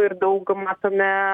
ir dauguma tame